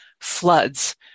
floods